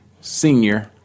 Senior